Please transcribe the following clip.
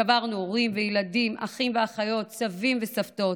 קברנו הורים וילדים, אחים ואחיות, סבים וסבתות,